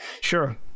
sure